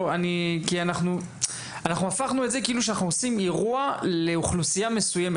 אנחנו הפכנו את זה כאילו שאנחנו עושים אירוע לאוכלוסייה מסוימת.